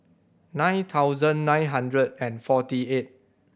nine thousand nine hundred and forty eight